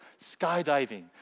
skydiving